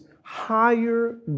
higher